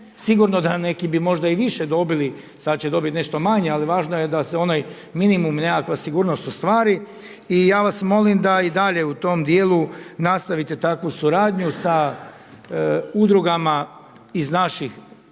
sigurno da neki bi možda i više dobili, sada će dobiti nešto manje ali važno je da se onaj minimum i nekakva sigurnost ostvari. I ja vas molim da i dalje u tom dijelu nastavite takvu suradnju sa udrugama iz naših tih